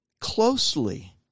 closely